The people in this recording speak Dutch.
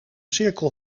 cirkel